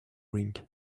rink